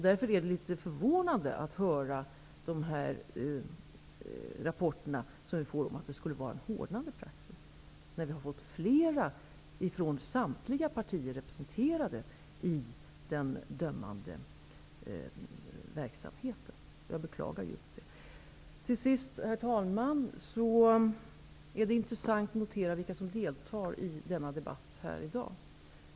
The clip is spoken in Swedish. Därför är det förvånande att höra dessa rapporter om att praxis skall ha blivit hårdare. Flera från samtliga partier är ju representerade i den dömande verksamheten. Herr talman! Det är intressant att notera vilka som deltar i denna debatt i dag.